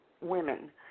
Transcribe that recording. women